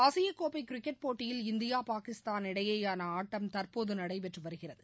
ஆசியக்கோப்பை கிரிக்கெட் போட்டியில் இந்தியா பாகிஸ்தான் இடையேயான ஆட்டம் தற்போது நடைபெற்று வருகிறது